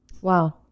Wow